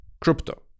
crypto